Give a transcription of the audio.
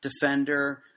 defender